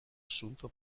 assunto